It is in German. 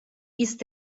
ist